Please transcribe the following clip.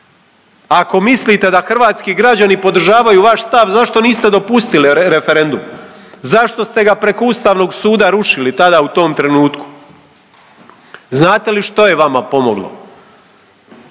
Ako mislite da hrvatski građani podržavaju vaš stav zašto niste dopustili referendum, zašto ste ga preko Ustavnog suda rušili tada u tom trenutku? Znate li što je vama pomoglo?